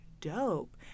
dope